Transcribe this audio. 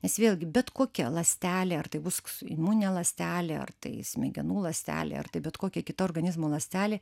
nes vėlgi bet kokia ląstelė ar tai bus imuninė ląstelė ar tai smegenų ląstelė ar tai bet kokia kita organizmo ląstelė